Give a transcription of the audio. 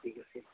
ঠিক আছে